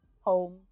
home